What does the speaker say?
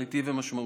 תכליתי ומשמעותי.